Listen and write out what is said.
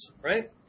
right